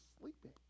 sleeping